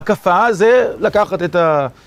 הקפה זה לקחת את ה...